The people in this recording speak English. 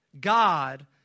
God